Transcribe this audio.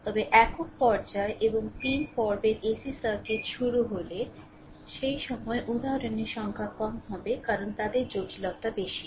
তবে একক পর্যায়ে এবং 3 পর্বের এসি সার্কিট শুরু হলে সেই সময়ে উদাহরণের সংখ্যা কম হবে কারণ তাদের জটিলতা বেশি